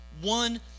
one